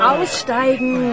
Aussteigen